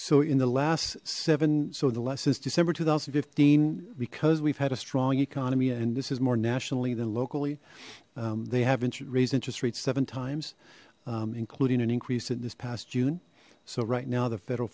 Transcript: so in the last seven so the lessons december two thousand and fifteen because we've had a strong economy and this is more nationally than locally they haven't raised interest rates seven times including an increase in this past june so right now the federal